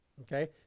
Okay